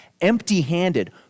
empty-handed